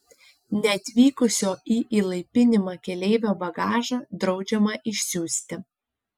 neatvykusio į įlaipinimą keleivio bagažą draudžiama išsiųsti